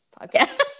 podcast